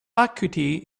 acuity